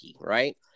right